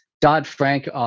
Dodd-Frank